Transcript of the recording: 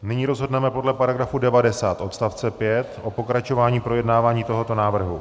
Nyní rozhodneme podle § 90 odst. 5 o pokračování projednávání tohoto návrhu.